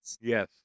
Yes